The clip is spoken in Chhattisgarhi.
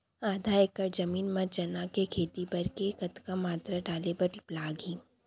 आधा एकड़ जमीन मा चना के खेती बर के कतका मात्रा डाले बर लागही?